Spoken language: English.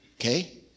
okay